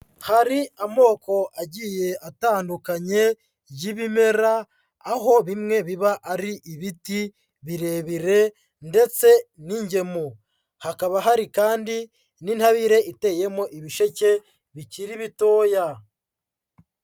Hari amoko agiye atandukanye y'ibimera, aho bimwe biba ari ibiti birebire ndetse n'ingemu, hakaba hari kandi n'intabire iteyemo ibisheke bikiri bitoya.